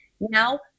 Now